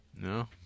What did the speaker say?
no